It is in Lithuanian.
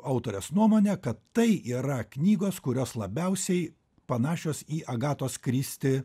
autorės nuomonę kad tai yra knygos kurios labiausiai panašios į agatos kristi